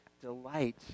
delight